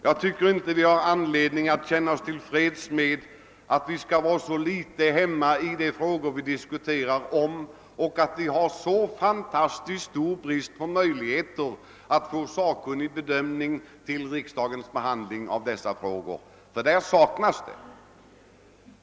Enligt min mening har vi inte anledning att känna oss till freds med att vara så föga hemmastadda i de frågor vi diskuterar och med att vi har så oerhört stor brist på möjligheter till sakkunnig bedömning vid riksdagens behandling av dessa frågor, ty sådan bedömning saknas.